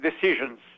decisions